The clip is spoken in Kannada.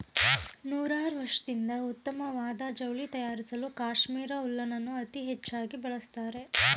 ನೂರಾರ್ವರ್ಷದಿಂದ ಉತ್ತಮ್ವಾದ ಜವ್ಳಿ ತಯಾರ್ಸಲೂ ಕಾಶ್ಮೀರ್ ಉಲ್ಲೆನನ್ನು ಅತೀ ಹೆಚ್ಚಾಗಿ ಬಳಸ್ತಾರೆ